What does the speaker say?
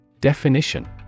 Definition